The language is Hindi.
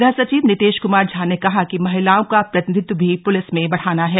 गृह सचिव नितेश कृमार झा ने कहा कि महिलाओं का प्रतिनिधित्व भी प्लिस में बढ़ाना है